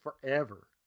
forever